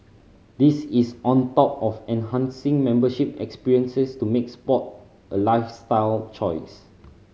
this is on top of enhancing membership experiences to make sport a lifestyle choice